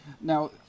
Now